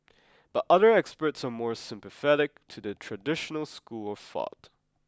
but other experts are more sympathetic to the traditional school of thought